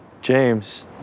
James